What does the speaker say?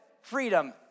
Freedom